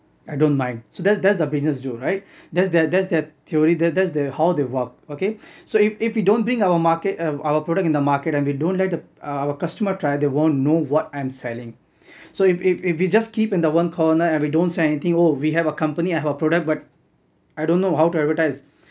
I don't mind so that's that's the business do right that's their that's their theory that's how they work okay so if if you don't bring our market uh our product in the market and we don't let uh our customer try they won't know what I'm selling so if if if you just keep in the one corner and we don't sell anything oh we have a company I have a product but I don't know how to advertise